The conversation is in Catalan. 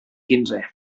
quinze